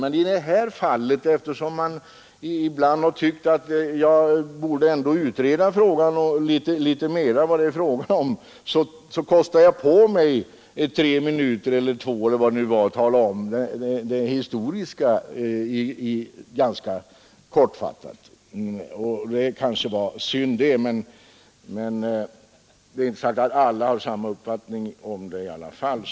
Men i det här fallet kostade jag på mig, eftersom man ibland har tyckt att jag ändå något närmare borde utveckla vad det gäller, två eller tre minuter för att ganska kortfattat ge den historiska bakgrunden. Det var kanske synd, men det är inte sagt att alla har samma uppfattning om det som herr Levin.